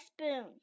spoon